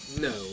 No